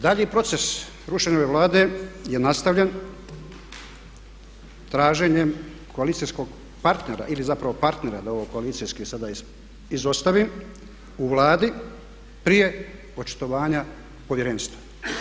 Dalji proces rušenja ove Vlade je nastavljen traženjem koalicijskog partnera ili zapravo partnera da ovo koalicijski sada izostavim u Vladi prije očitovanja Povjerenstva.